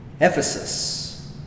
Ephesus